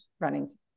running